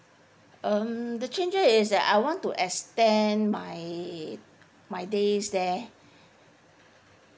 um the changes is that I want to extend my my days there